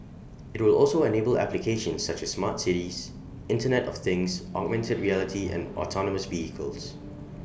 IT will also enable applications such as smart cities Internet of things augmented reality and autonomous vehicles